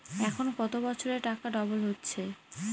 এখন কত বছরে টাকা ডবল হচ্ছে?